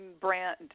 brand